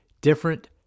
different